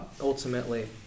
Ultimately